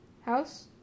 house